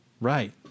Right